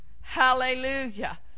Hallelujah